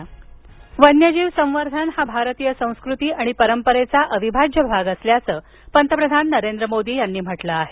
पुंतप्रधान वन्यजीव संवर्धन हा भारतीय संसृती आणि परंपरेचा अविभाज्य भाग असल्याचं पंतप्रधान नरेंद्र मोदी यांनी म्हटलं आहे